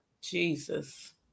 Jesus